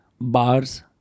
bars